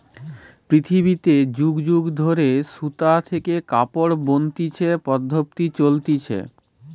পৃথিবীতে যুগ যুগ ধরে সুতা থেকে কাপড় বনতিছে পদ্ধপ্তি চলতিছে